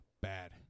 bad